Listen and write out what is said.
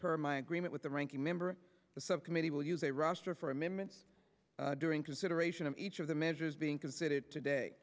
per my agreement with the ranking member of the subcommittee will use a roster for amendments during consideration of each of the measures being considered today